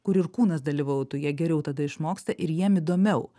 kur ir kūnas dalyvautų jie geriau tada išmoksta ir jiem įdomiau